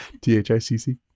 T-H-I-C-C